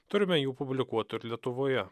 turime jų publikuotų ir lietuvoje